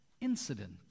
incident